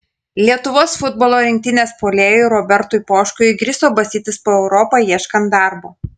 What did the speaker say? lietuvos futbolo rinktinės puolėjui robertui poškui įgriso bastytis po europą ieškant darbo